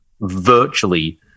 virtually